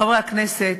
חברי הכנסת,